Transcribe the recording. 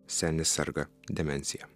senė serga demencija